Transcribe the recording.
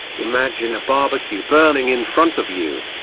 imagine a barbecue burning in front of you.